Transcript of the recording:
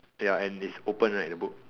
ya and it's open right the book